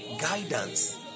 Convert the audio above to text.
guidance